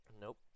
Nope